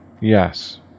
Yes